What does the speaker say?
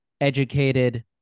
educated